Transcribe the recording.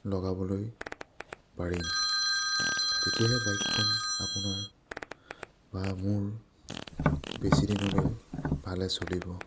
লগাবলৈ পাৰিম তেতিয়াহে বাইকখন আপোনাৰ বা মোৰ বেছি দিনলৈ ভালে চলিব